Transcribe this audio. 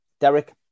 Derek